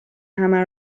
همه